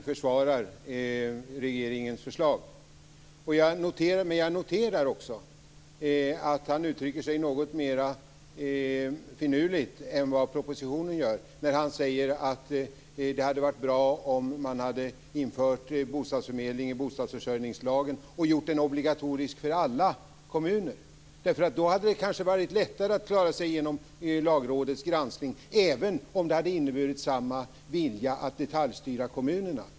Fru talman! Jag blir inte förvånad över att Owe Hellberg försvarar regeringens förslag, men jag noterar också att han uttrycker sig något mera finurligt än vad man gör i propositionen. Han säger att det hade varit bra om man infört bostadsförmedling i bostadförsörjningslagen och gjort den obligatorisk för alla kommuner, för då hade det kanske varit lättare att klara sig genom Lagrådets granskning även om det hade inneburit samma vilja att detaljstyra kommunerna.